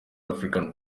african